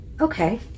Okay